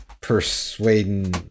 persuading